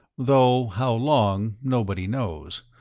though how long, nobody knows.